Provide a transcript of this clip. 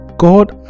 God